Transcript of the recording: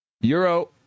Euro